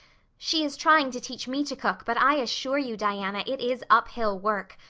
she is trying to teach me to cook but i assure you, diana, it is uphill work.